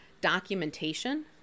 documentation